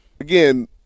again